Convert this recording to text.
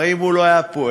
הרי אם הוא לא היה פועל,